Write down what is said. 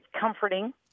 comforting